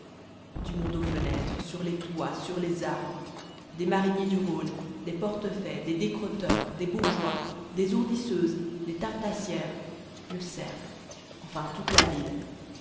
du monde aux fenêtres sur les toits sur les arbres des mariniers du rhône des portefaix des décrotteurs des bourgeois des ourdisseuses des taffetassières le cercle enfin toute la ville